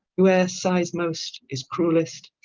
who e'r sighes most, is cruellest,